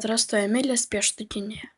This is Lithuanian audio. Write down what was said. atrastu emilės pieštukinėje